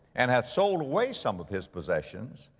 and hath sold away some of his possessions,